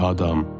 Adam